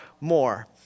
more